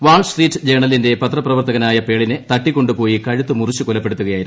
വാൾ Street ജേർണലിന്റെ പത്രപ്രവർത്തകനായ പേളിനെ തട്ടിക്കൊണ്ടുപോയി കഴുത്തു മുറിച്ച് കൊലപ്പെടുത്തുകയായിരുന്നു